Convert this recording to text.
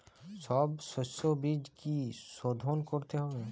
সব শষ্যবীজ কি সোধন করতে হবে?